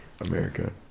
America